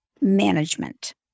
management